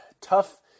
tough